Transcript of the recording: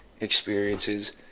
experiences